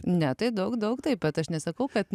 ne tai daug daug taip pat aš nesakau kad